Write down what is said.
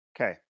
Okay